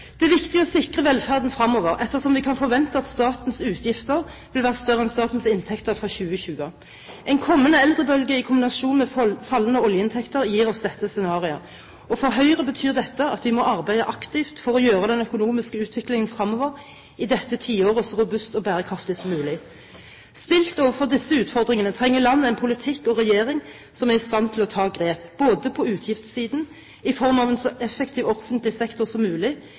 Det er viktig å sikre velferden fremover, ettersom vi kan forvente at statens utgifter vil være større enn statens inntekter fra 2020. En kommende eldrebølge i kombinasjon med fallende oljeinntekter gir oss dette scenarioet, og for Høyre betyr dette at vi må arbeide aktivt for å gjøre den økonomiske utviklingen fremover i dette tiåret så robust og bærekraftig som mulig. Stilt overfor disse utfordringene trenger landet en politikk og en regjering som er i stand til å ta grep – både på utgiftssiden, i form av en så effektiv offentlig sektor som mulig,